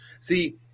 see